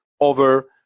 over